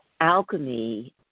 Alchemy